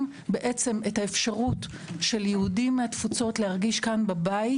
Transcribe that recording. את האפשרות של יהודים מהתפוצות להרגיש כאן בבית